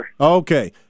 Okay